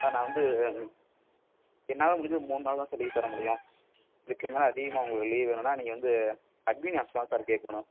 sir நான் வந்து என்னால் முடிந்தது மூன்று நாள் தான் சார் லீவ் தர முடியும் அதுக்கு மேலே அதிகமாக உங்களுக்கு லீவ் வேணும்னா நீங்கள் வந்து அட்மின் ஆஃபீஸ்ஸில் தான் சார் கேட்கணும்